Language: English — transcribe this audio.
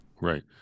Right